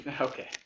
Okay